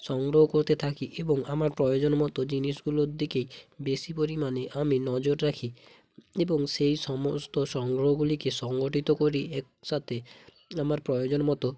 সংগ্রহ করতে থাকি এবং আমার প্রয়োজনমতো জিনিসগুলোর দিকেই বেশি পরিমাণে আমি নজর রাখি এবং সেই সমস্ত সংগ্রহগুলিকে সংগঠিত করি একসাথে আমার প্রয়োজনমতো